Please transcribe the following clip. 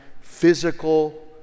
physical